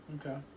Okay